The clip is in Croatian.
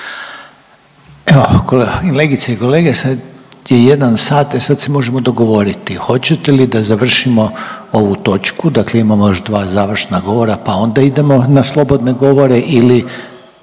Evo, kolegice i kolege sad je 1 sat, e sad se možemo dogovoriti. Hoćete li da završimo ovu točku, dakle imamo još 2 završna govora pa onda idemo na slobodne govore ili,